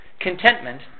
contentment